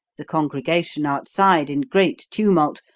the congregation outside, in great tumult,